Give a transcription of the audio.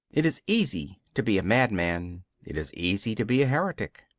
it is easy to be a madman it is easy to be a heretic.